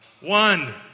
One